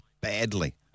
badly